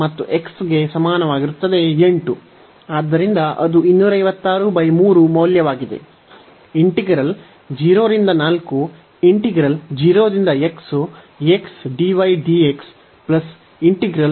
y xy ಗೆ ಸಮಾನವಾಗಿರುತ್ತದೆ ಮತ್ತು x ಗೆ ಸಮಾನವಾಗಿರುತ್ತದೆ 8